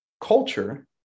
culture